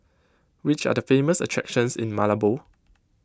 which are the famous attractions in Malabo